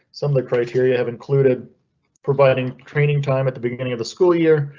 some of the criteria have included providing training time at the beginning of the school year,